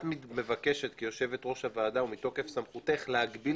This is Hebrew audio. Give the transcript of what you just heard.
את מבקשת כיושבת-ראש הוועדה ומתוקף סמכותך להגביל